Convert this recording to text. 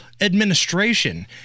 administration